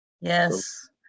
Yes